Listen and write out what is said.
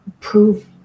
prove